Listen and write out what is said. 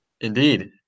Indeed